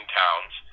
towns